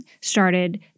started